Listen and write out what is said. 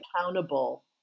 accountable